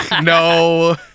no